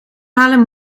halen